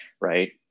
right